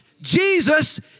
Jesus